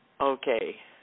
okay